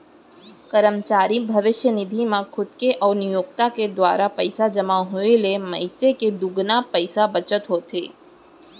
करमचारी भविस्य निधि म खुद के अउ नियोक्ता के दुवारा पइसा जमा होए ले मनसे के दुगुना पइसा बचत होथे